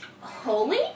holy